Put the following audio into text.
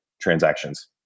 transactions